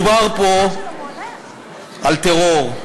מדובר פה על טרור.